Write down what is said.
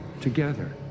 together